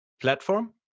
platform